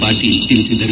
ಪಾಟೀಲ್ ತಿಳಿಸಿದರು